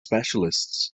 specialists